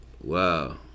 Wow